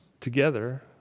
together